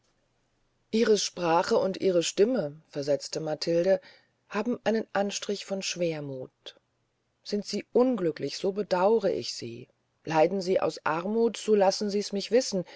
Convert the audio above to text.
ihre sprache und ihre stimme versetzte matilde haben einen anstrich von schwermuth sind sie unglücklich so bedaure ich sie leiden sie aus armuth so lassen sie mich's wissen